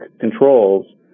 controls